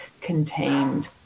contained